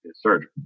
surgery